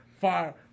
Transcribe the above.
Fire